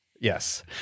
Yes